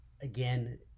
again